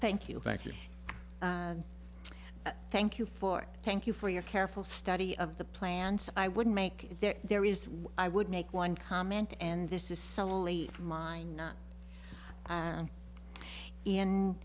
thank you thank you thank you for thank you for your careful study of the plans i would make there there is i would make one comment and this is solely mine not